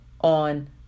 on